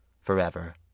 forever